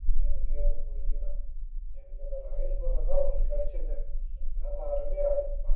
எனக்கு எதுவும் பிடிக்கல எனக்கு இந்த ரெய்ன்போவில் தான் ஒன்று கிடச்சது நல்லா அருமையாக இருக்குதுப்பா